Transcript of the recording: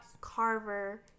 Carver